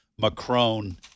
Macron